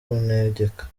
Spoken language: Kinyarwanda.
kuntegeka